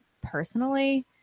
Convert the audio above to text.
personally